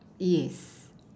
yes